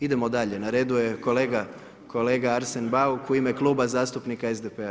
Idemo dalje, na radu je kolega Arsen Bauk u ime Kluba zastupnika SDP-a.